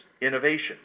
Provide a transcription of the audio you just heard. innovation